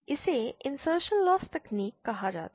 इसे insertional loss तकनीक कहा जाता है